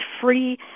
free